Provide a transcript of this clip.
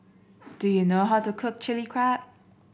do you know how to cook Chilli Crab